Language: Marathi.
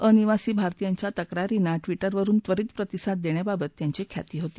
अनिवासी भारतीयांच्या तक्रारींना ट्विटरवरून त्वरित प्रतिसाद देण्याबाबत त्यांची ख्याती होती